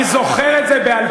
אני זוכר את זה בעל-פה.